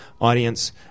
audience